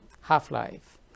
half-life